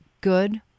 Good